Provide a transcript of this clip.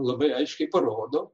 labai aiškiai parodo